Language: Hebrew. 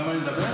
למה אני מדבר?